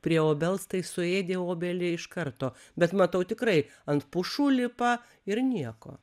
prie obels tai suėdė obelį iš karto bet matau tikrai ant pušų lipa ir nieko